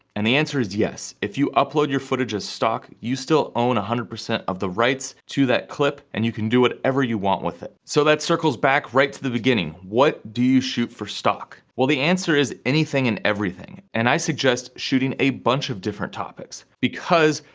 and the answer is yes, if you upload your footage as stock, you still own one hundred percent of the rights to that clip, and you can do whatever you want with it. so that circles back, right to the beginning, what do you shoot for stock? well the answer is, anything and everything. and i suggest shooting a bunch of different topics. because,